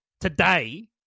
Today